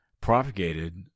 propagated